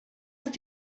ist